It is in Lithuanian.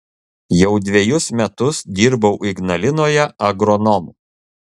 jau dvejus metus dirbau ignalinoje agronomu